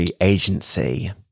Agency